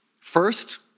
First